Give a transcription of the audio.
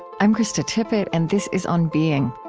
i'm krista tippett, and this is on being